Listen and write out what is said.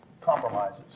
compromises